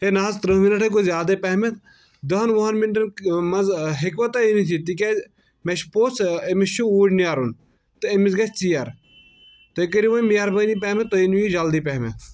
ہے نہ حظ ترٛہ منٹ حے گوٚو زیادٕے پہمتھ دٔہن وُہَن منٹن منٛز ہیٚکوا تُہۍ أنتھ یہِ تِکیازِ مےٚ چھُ پوٚژھ أمس چھُ اُورۍ نیرُن تہٕ أمس گژھہِ ژیر تُہۍ کٔرِو وۄنۍ مہربٲنی پہمتھ تُہۍ أنِو وۄنۍ جلدی پہمتھ